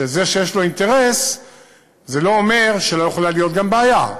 זה שיש לו אינטרס זה לא אומר שלא יכולה להיות גם בעיה.